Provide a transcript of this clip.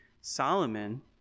Solomon